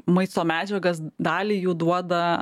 maisto medžiagas dalį jų duoda